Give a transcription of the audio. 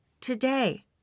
today